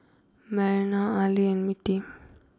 Melina Arly and Mittie